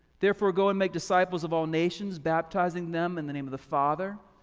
therefore go and make disciples of all nations, baptizing them in the name of the father,